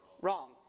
wrong